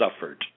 suffered